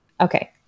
Okay